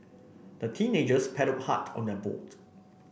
the teenagers paddled hard on their boat